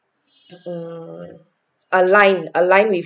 mm align align with